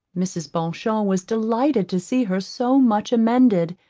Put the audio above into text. mrs. beauchamp was delighted to see her so much amended,